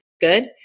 good